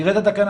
תראה את התקנה